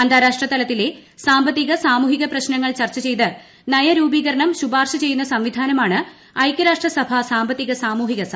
അന്താരാഷ്ട്ര തലത്തിലെ സാമ്പത്തിക സാമൂഹിക പ്രശ്നങ്ങൾ ചർച്ച ചെയ്ത് നയരൂപീകരണം ശുപാർശ ചെയ്യുന്ന സംവിധാനമാണ് ഐക്യരാഷ്ട്ര സഭാ സാമ്പത്തിക സാമൂഹിക സമിതി